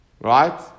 Right